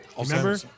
Remember